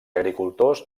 agricultors